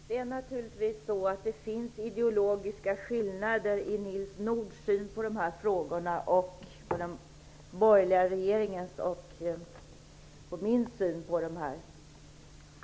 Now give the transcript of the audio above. Herr talman! Det finns naturligtvis ideologiska skillnader mellan Nils Nordhs syn på de här frågorna och den borgerliga regeringens och min syn på dem.